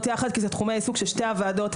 יחד כי אלה תחומי העיסוק של שתי הוועדות,